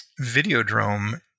Videodrome